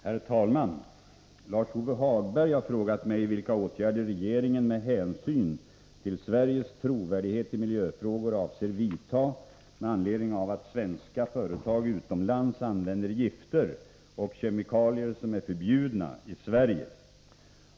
Herr talman! Lars-Ove Hagberg har frågat mig vilka åtgärder regeringen, med hänsyn till Sveriges trovärdighet i miljöfrågor, avser vidta med anledning av att svenska företag utomlands använder gifter och kemikalier som är förbjudna i Sverige.